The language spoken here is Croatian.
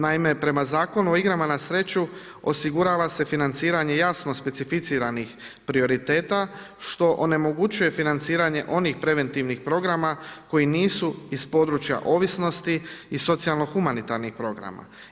Naime, prema Zakonu o igrama na sreću, osigurava se financiranje jasno specificiranih prioriteta što onemogućuje financiranje onih preventivnih programa koji nisu iz područja ovisnosti i socijalno-humanitarnih programa.